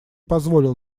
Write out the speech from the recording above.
позволил